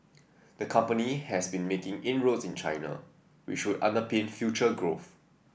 the company has been making inroads in China which would underpin future growth